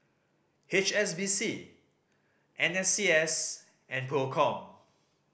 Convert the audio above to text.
H S B C N S C S and Procom